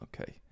Okay